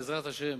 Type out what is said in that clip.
בעזרת השם,